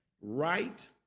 right